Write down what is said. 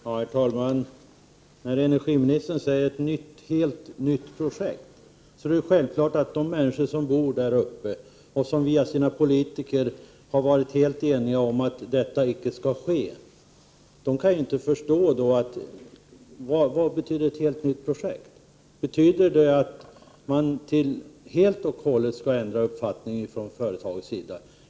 Herr talman! Energiministern talar om ”ett helt nytt projekt”. Men självfallet kan inte de människor som bor i Härjedalen och som — det har deras politiker visat — varit helt eniga om att en utbyggnad icke skall ske utan vidare förstå vad som menas med ”ett helt nytt projekt”. Betyder det att man helt och hållet skall ändra uppfattning från företagets sida?